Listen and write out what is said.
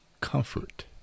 comfort